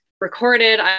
recorded